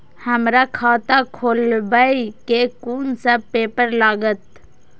हमरा खाता खोलाबई में कुन सब पेपर लागत?